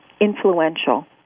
influential